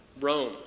Rome